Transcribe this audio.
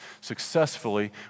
successfully